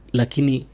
lakini